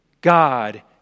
God